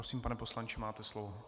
Prosím, pane poslanče, máte slovo.